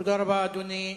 תודה רבה, אדוני.